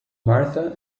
martha